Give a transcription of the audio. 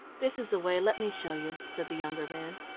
this is the way, let me show you, said the younger man.